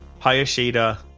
Hayashida